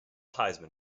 heisman